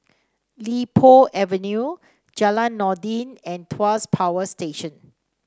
Li Po Avenue Jalan Noordin and Tuas Power Station